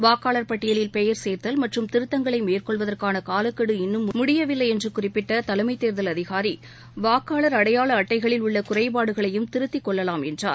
வாக்காளர் பட்டியலில் பெயர் சேர்த்தல் மற்றும் திருத்தங்களை மேற்கொள்வதற்கான காலக்கெடு இன்னும் முடியவில்லை என்று குறிப்பிட்ட தலைமைத் தேர்தல் அதிகாரி வாக்காளர் அடையாள அட்டைகளில் உள்ள குறைபாடுகளையும் திருத்திக் கொள்ளலாம் என்றார்